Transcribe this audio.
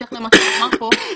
בהמשך למה שנאמר פה,